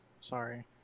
sorry